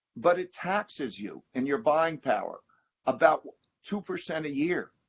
but it taxes you and your buying power about two percent a year.